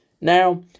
Now